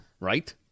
Right